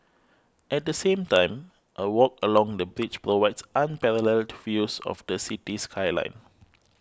at the same time a walk along the bridge provides unparalleled views of the city skyline